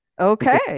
Okay